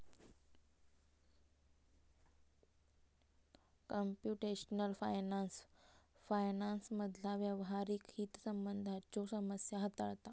computational finance फायनान्समधला व्यावहारिक हितसंबंधांच्यो समस्या हाताळता